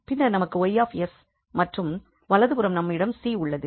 பின்னர் நமக்கு 𝑌 𝑠 மற்றும் வலது புறம் நம்மிடம் 𝐶 உள்ளது